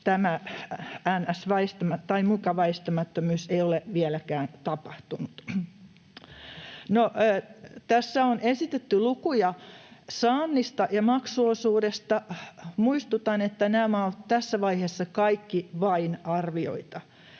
tämä muka väistämättömyys ei ole vieläkään tapahtunut. No, tässä on esitetty lukuja saannosta ja maksuosuudesta. Muistutan, että nämä kaikki ovat tässä vaiheessa vain arvioita.